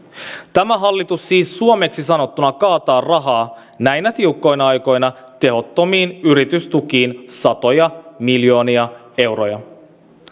tämä hallitus siis suomeksi sanottuna kaataa rahaa näinä tiukkoina aikoina tehottomiin yritystukiin satoja miljoonia euroja